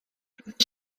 roedd